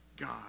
God